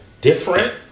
different